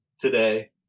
today